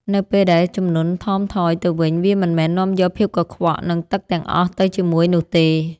នៅពេលដែលជំនន់ថមថយទៅវិញ វាមិនមែននាំយកភាពកខ្វក់ និងទឹកទាំងអស់ទៅជាមួយនោះទេ។